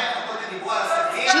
מישהו דיבר פה על עסקים חוץ משנאה?